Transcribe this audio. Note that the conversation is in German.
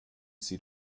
sie